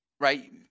right